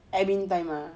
admin time ah